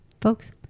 folks